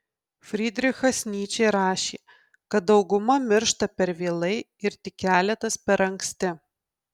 frydrichas nyčė rašė kad dauguma miršta per vėlai ir tik keletas per anksti